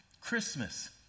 Christmas